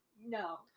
no